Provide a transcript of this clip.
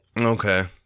Okay